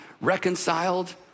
reconciled